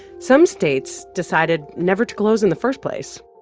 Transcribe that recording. some states decided never to close in the first place.